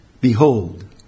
behold